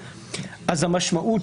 המשמעות,